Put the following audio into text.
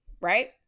right